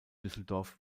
düsseldorf